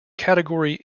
category